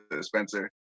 Spencer